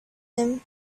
him